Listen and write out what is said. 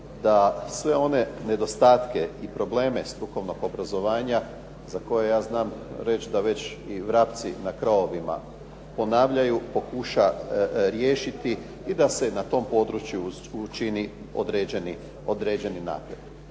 da sve one nedostatke i probleme strukovnog obrazovanja, za koje ja znam reći da već i vrapci na krovovima ponavljaju, pokuša riješiti i da se na tom području učini određeni napredak.